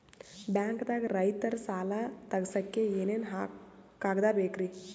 ಬ್ಯಾಂಕ್ದಾಗ ರೈತರ ಸಾಲ ತಗ್ಸಕ್ಕೆ ಏನೇನ್ ಕಾಗ್ದ ಬೇಕ್ರಿ?